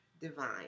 divine